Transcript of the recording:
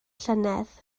llynedd